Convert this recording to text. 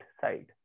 side